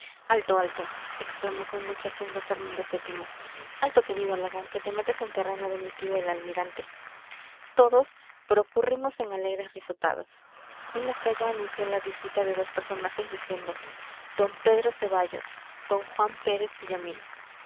alto alto exclamó con mucha zunga fernando vii alto querido alagón que te metes en terreno de mi tío el almirante todos prorrumpimos en alegres risotadas un lacayo anunció la visita de dos personajes diciendo d pedro ceballos d juan pérez villamil